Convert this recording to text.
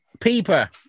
peeper